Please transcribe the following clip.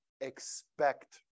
expect